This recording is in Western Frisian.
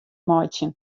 meitsjen